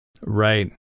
Right